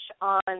on